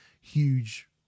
huge